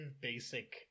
basic